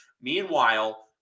Meanwhile